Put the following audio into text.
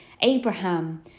Abraham